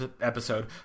episode